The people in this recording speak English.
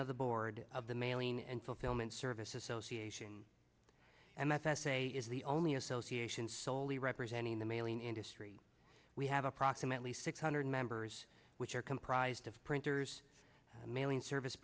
of the board of the mailing and fulfillment service association m f s a is the only association solely representing the mailing industry we have approximately six hundred members which are comprised of printers mailing service